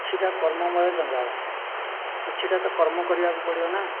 କିଛିଟା କର୍ମମୟ ଜଞ୍ଜାଳ କିଛିଟା ତ କର୍ମ କରିବାକୁ ପଡ଼ିବନା